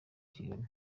kigali